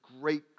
great